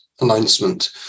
announcement